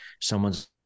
someone's